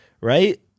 Right